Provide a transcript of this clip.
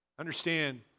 Understand